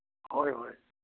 ꯍꯣꯏ ꯍꯣꯏ